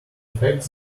facts